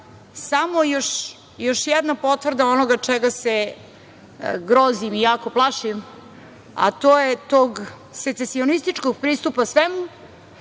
samo još jedna potvrda onoga čega se grozim i jako plašim, a to je tog secesionističikog pristupa svemu,